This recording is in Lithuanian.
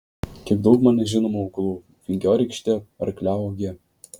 kiek daug man nežinomų augalų vingiorykštė arkliauogė